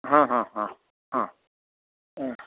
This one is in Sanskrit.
हा हा हा हा